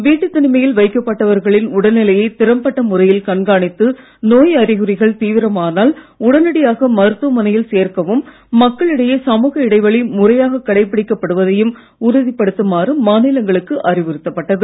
வீட்டுத் தனிமையில் வைக்கப்பட்டவர்களின் உடல்நிலையைத் திறம்பட்ட முறையில் கண்காணித்து நோய் அறிகுறிகள் தீவிரமானால் உடனடியாக மருத்துவமனையில் சேர்க்கவும் மக்களிடையே சமூக இடைவெளி முறையாக கடைபிடிக்கப் படுவதையும் உறுதிப்படுத்துமாறு மாநிலங்களுக்கு அறிவுறுத்தப்பட்டது